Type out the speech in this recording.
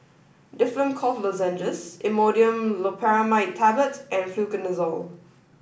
Difflam Cough Lozenges Imodium Loperamide Tablets and Fluconazole